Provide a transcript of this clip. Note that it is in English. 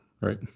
right